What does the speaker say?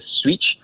switch